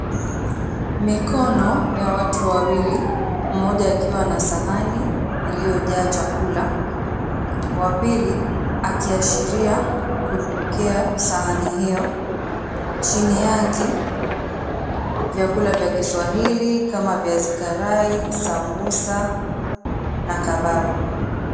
Mikono ya watu wawili mmoja akiwa na sahani iliyojaa chakula wa pili akiashiria kuondokea sahani hilo chini yake, vyakula vya Kiswahili kama viazi karai, sambusa na kababu.